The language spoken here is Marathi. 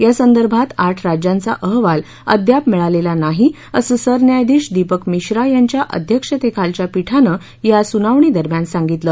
यासंदर्भात आठ राज्यांचा अहवाल अद्याप मिळालेला नाही असं सरन्यायाधीश दीपक मिश्रा यांच्या अध्यक्षतेखालच्या पीठानं या सुनावणीदरम्यान सांगितलं